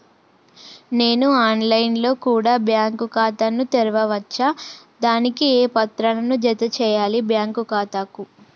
నేను online లో కూడా బ్యాంకు ఖాతా ను తెరవ వచ్చా? దానికి ఏ పత్రాలను జత చేయాలి బ్యాంకు ఖాతాకు?